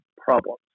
problems